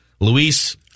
Luis